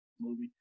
movie